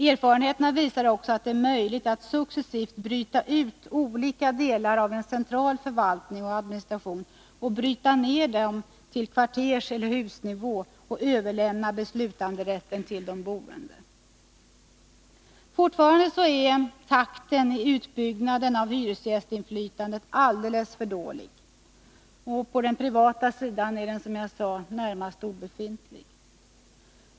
Erfarenheterna visar också att det är möjligt att successivt välja ut olika delar av central förvaltning och administration, bryta ned dem till kvartersoch husnivå och överlämna beslutanderätten till de boende. Fortfarande är emellertid takten i utbyggnaden av hyresgästinflytandet alldeles för dålig och på den privata sidan nästan obefintlig.